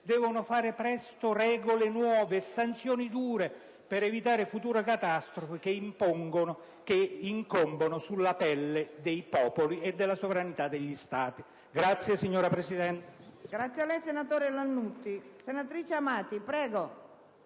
devono fare presto regole nuove e sanzioni dure, per evitare future catastrofi che incombono sulla pelle dei popoli e della sovranità degli Stati.